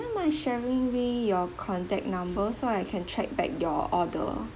mind sharing me your contact number so I can check back your order